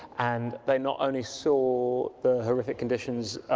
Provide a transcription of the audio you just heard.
and they not only saw the horrific conditions,